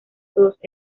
todos